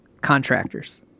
contractors